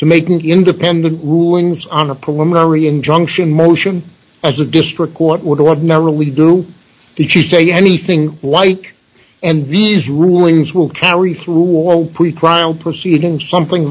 to make an independent rulings on a preliminary injunction motion as a district court would ordinarily do the chief say anything like and these rulings will carry through or pretrial proceedings something